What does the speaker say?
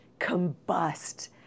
combust